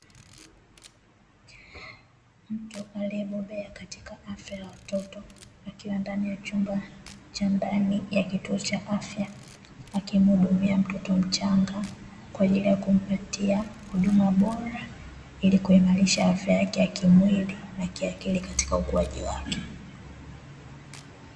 Mtu aliyebobea katika afya ya watoto akiwa ndani ya chumba cha ndani ya kituo cha afya, akimuhudumia mtoto mchanga kwaajili ya kumpatia huduma bora ili kuimarisha afya yake ya kimwili na kiakili katika ukuaji wake.